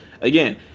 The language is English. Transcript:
Again